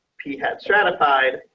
p had stratified